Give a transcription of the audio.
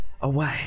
away